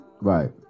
Right